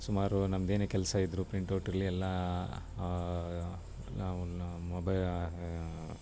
ಸುಮಾರು ನಮ್ದು ಏನೇ ಕೆಲಸ ಇದ್ದರೂ ಪ್ರಿಂಟ್ ಔಟ್ ಇರಲಿ ಎಲ್ಲ ನಾವು ಮೊಬೇ